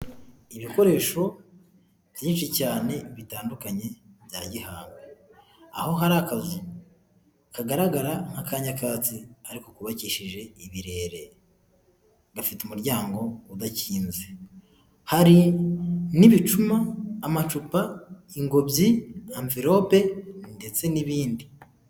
Ibikoresho byinshi cyane bitandukanye bya gihanga, aho hari akazu kagaragara nka kanyatsi ariko kubabakishije ibirere, gafite umuryango udakinze, hari n'ibicuma, amacupa, ingobyi, amvilope ndetse n'ibindi.